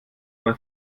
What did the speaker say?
bei